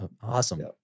awesome